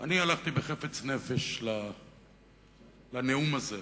אני הלכתי בחפץ נפש לנאום הזה,